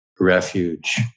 refuge